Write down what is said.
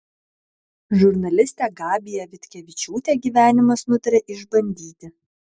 žurnalistę gabiją vitkevičiūtę gyvenimas nutarė išbandyti